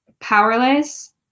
powerless